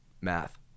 Math